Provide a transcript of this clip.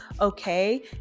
okay